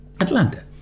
Atlanta